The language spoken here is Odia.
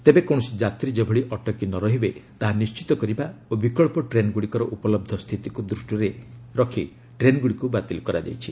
ତେବେ କୌଣସି ଯାତ୍ରୀ ଯେଭଳି ଅଟକି ନ ରହିବେ ତାହା ନିଶ୍ଚିତ କରିବା ଓ ବିକ୍ସ ଟ୍ରେନ୍ଗୁଡ଼ିକର ଉପଲନ୍ଧ ସ୍ଥିତିକୁ ଦୃଷ୍ଟିରେ ଟ୍ରେନ୍ଗୁଡ଼ିକୁ ବାତିଲ କରାଯାଇଛି